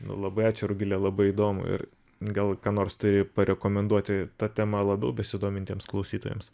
labai ačiū rugile labai įdomu ir gal ką nors turi parekomenduoti ta tema labiau besidomintiems klausytojams